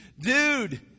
dude